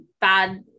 bad